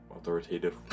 authoritative